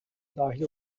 dahil